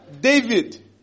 David